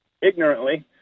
ignorantly